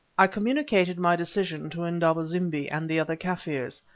i communicated my decision to indaba-zimbi and the other kaffirs.